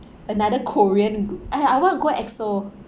another korean g~ eh I want to go EXO